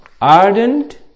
Ardent